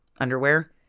underwear